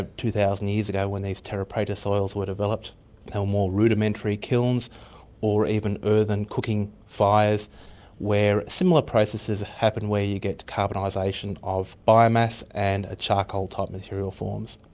ah two thousand years ago when these terra preta soils were developed, there were more rudimentary kilns or even earthen cooking fires where similar processes happened where you get carbonisation of biomass and a charcoal type material forms.